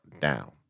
down